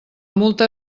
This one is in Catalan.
multa